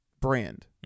brand